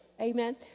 Amen